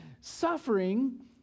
suffering